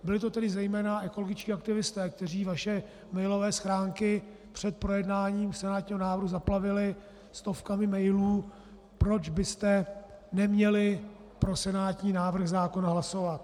Byli to tedy zejména ekologičtí aktivisté, kteří vaše mailové schránky před projednáním senátního návrhu zaplavili stovkami mailů, proč byste neměli pro senátní návrh zákona hlasovat.